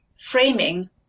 framing